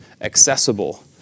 accessible